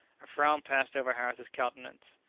a frown passed over harris's countenance.